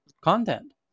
content